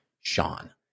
Sean